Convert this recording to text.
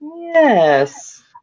Yes